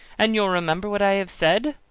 and you'll remember what i have said?